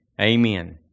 Amen